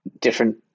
different